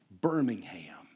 Birmingham